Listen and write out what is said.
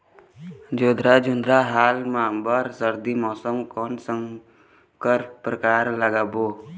जोंधरा जोन्धरा हाल मा बर सर्दी मौसम कोन संकर परकार लगाबो?